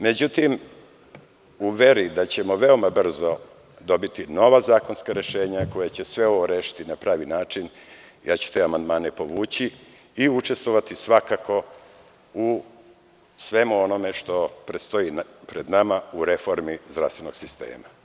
Međutim, u veri da ćemo veoma brzo dobiti nova zakonska rešenja koja će sve ovo rešiti na pravi način, ja ću te amandmane povući i učestvovati svakako u svemu onome što predstoji pred nama u reformi zdravstvenog sistema.